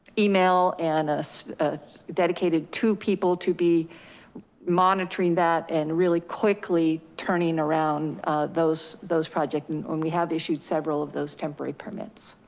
email and dedicated two people to be monitoring that and really quickly turning around those those projects and when we have issued several of those temporary permits.